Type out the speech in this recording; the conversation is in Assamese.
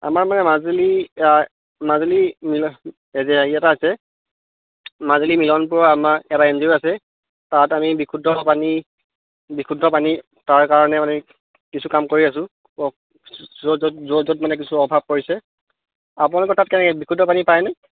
আমাৰ মানে মাজুলী মাজুলী এই যে হেৰি এটা আছে মাজুলী মিলনপুৰৰ আমাৰ এটা এন জি অ' আছে তাত আমি বিশুদ্ধ পানী বিশুদ্ধ পানী তাৰ কাৰণে মানে কিছু কাম কৰি আছোঁ য'ত য'ত য'ত য'ত কিছু মানে অভাৱ পৰিছে আপোনালোকৰ তাত কেনেকৈ বিশুদ্ধ পানী পায়নে